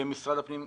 משרד הפנים,